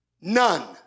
None